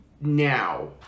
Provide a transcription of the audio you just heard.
now